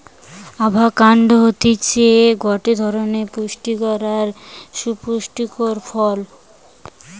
avocado হতিছে গটে ধরণের পুস্টিকর আর সুপুস্পক ফল